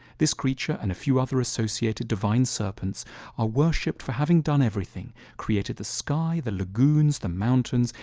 this creature and a few other associated divine serpents are worshiped for having done everything created the sky, the lagoons the mountains,